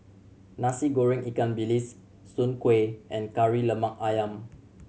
Nasi Goreng ikan bilis Soon Kueh and Kari Lemak Ayam